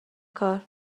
کار